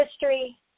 history